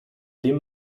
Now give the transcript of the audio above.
dem